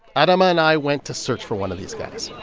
adama and i went to search for one of these guys